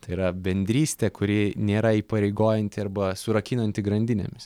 tai yra bendrystė kuri nėra įpareigojanti arba surakinanti grandinėmis